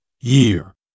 Year